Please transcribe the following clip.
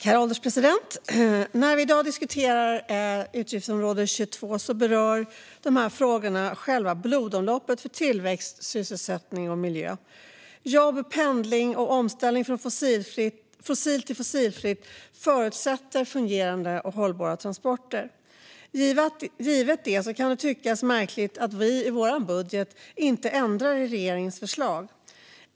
Herr ålderspresident! När vi i dag diskuterar utgiftsområde 22 berör frågorna själva blodomloppet för tillväxt, sysselsättning och miljö. Jobb, pendling och omställning från fossil till fossilfritt förutsätter fungerande och hållbara transporter. Givet det kan det tyckas märkligt att vi i vår budget inte ändrar i regeringens förslag.